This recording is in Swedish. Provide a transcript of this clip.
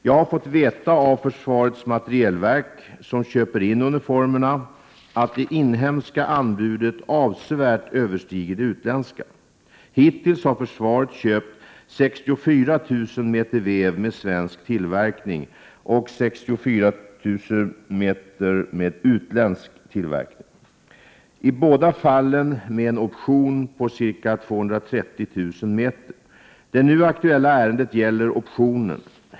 Jag har fått veta av försvarets materielverk, som köper in uniformerna, att det inhemska anbudet avsevärt överstiger det utländska. Hittills har försvaret köpt 64 000 meter väv med svensk tillverkning och 64 000 meter med utländsk tillverkning. I båda fallen med en option på ca 230 000 meter. Det nu aktuella ärendet gäller optionen.